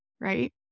right